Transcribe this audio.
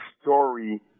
story